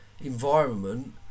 environment